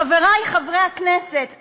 חברי חברי הכנסת,